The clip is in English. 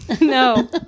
No